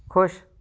ਖੁਸ਼